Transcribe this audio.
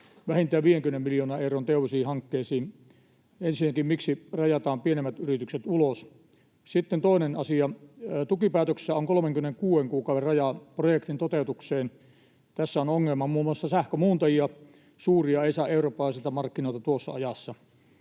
vähintään 50 miljoonan euron teollisiin hankkeisiin. Ensinnäkin, miksi rajataan pienemmät yritykset ulos? Sitten toinen asia: Tukipäätöksessä on 36 kuukauden raja projektin toteutukseen. Tässä on ongelma, muun muassa suuria sähkömuuntajia ei saa eurooppalaisilta markkinoilta tuossa ajassa.